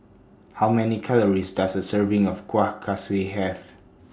How Many Calories Does A Serving of Kueh Kaswi Have